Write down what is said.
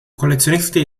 collezionisti